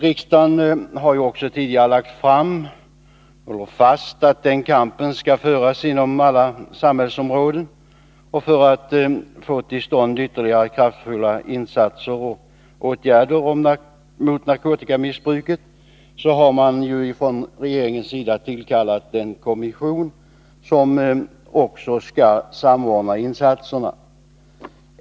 Riksdagen har tidigare lagt fast att den kampen skall föras inom alla samhällsområden. För att få till stånd ytterligare kraftfulla insatser och åtgärder mot narkotikamissbruket har regeringen tillsatt en kommission som skall samordna insatserna.